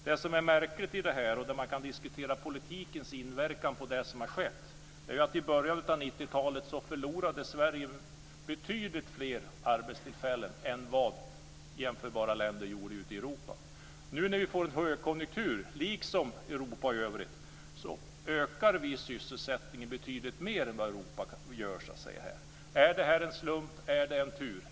Det som är märkligt är att vi i Sverige i början av 90-talet förlorade betydligt fler arbetstillfällen än vad man gjorde i jämförbara länder i Europa. Där kan man diskutera politikens inverkan på det som har skett. När vi nu får en högkonjunktur i Sverige liksom i Europa ökar vi i Sverige sysselsättningen betydligt mer än i Europa i övrigt. Är det en slump? Är det tur?